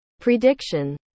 prediction